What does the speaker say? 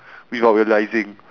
without realising